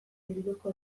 bilduko